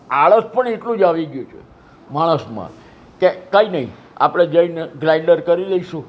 આળસ પણ એટલું જ આવી ગયું છે માણસમાં કે કંઇ નહીં આપણે જઈ ને ગ્રાઈન્ડર કરી લઈશું